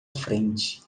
frente